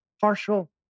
partial